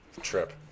trip